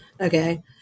Okay